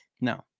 No